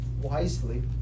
wisely